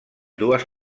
dues